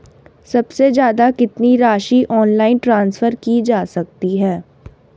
सबसे ज़्यादा कितनी राशि ऑनलाइन ट्रांसफर की जा सकती है?